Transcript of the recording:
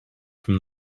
from